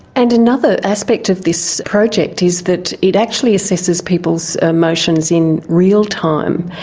and another aspect of this project is that it actually assesses people's emotions in real time.